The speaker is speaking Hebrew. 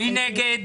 מי נגד?